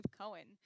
Cohen